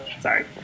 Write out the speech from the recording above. sorry